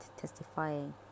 testifying